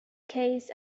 case